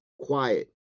quiet